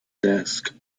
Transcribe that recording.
desk